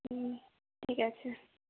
হুম ঠিক আছে